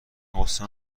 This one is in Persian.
غصه